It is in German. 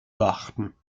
beachten